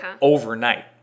overnight